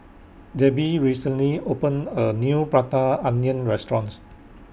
Debi recently opened A New Prata Onion restaurants